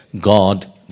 God